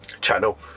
Channel